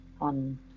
on